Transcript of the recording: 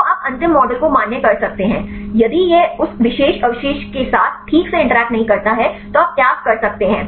तो आप अंतिम मॉडल को मान्य कर सकते हैं यदि यह उस विशेष अवशेष के साथ ठीक से इंटरैक्ट नहीं करता है तो आप त्याग कर सकते हैं